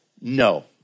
No